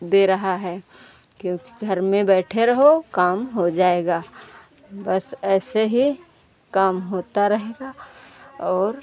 दे रही है क्योंकि घर में बैठे रहो काम हो जाएगा बस ऐसे ही काम होता रहेगा और